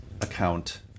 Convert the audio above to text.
account